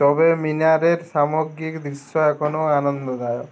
তবে মিনারের সামগ্রিক দৃশ্য এখনো আনন্দদায়ক